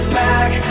back